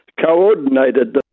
coordinated